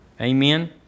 Amen